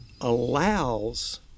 allows